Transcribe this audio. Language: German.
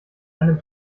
einem